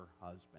husband